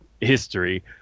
history